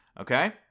Okay